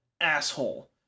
asshole